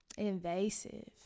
Invasive